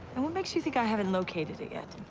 and what makes you think i haven't located it yet?